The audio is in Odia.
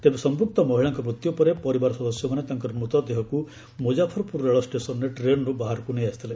ତେବେ ସମ୍ପୃକ୍ତ ମହିଳାଙ୍କ ମୃତ୍ୟୁ ପରେ ପରିବାର ସଦସ୍ୟମାନେ ତାଙ୍କର ମୃତ ଦେହକୁ ମୁଜାଫରପୁର ରେଳ ଷ୍ଟେସନରେ ଟ୍ରେନ୍ରୁ ବାହାରକୁ ନେଇ ଆସିଥିଲେ